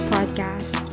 Podcast